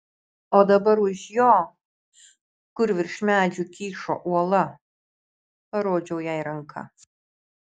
o dabar už jo kur virš medžių kyšo uola parodžiau jai ranka